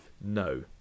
No